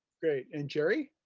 great. and gerry?